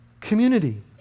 community